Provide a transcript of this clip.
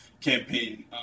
campaign